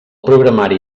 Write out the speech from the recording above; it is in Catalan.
programari